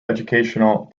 educational